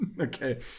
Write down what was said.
Okay